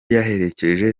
yaherekeje